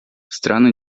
страны